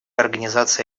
организации